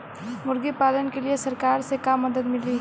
मुर्गी पालन के लीए सरकार से का मदद मिली?